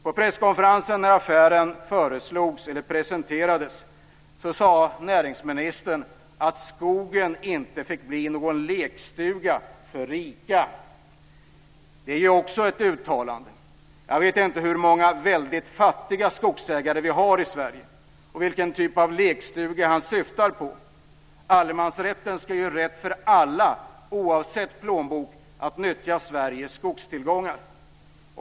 På den presskonferens där affären presenterades sade näringsministern att skogen inte fick bli någon lekstuga för rika. Det är också ett uttalande. Jag vet inte hur många väldigt fattiga skogsägare vi har i Sverige och vilken typ av lekstuga näringsministern syftar på. Allemansrätten ska ju ge rätt för alla oavsett plånbok att nyttja Sveriges skogstillgångar.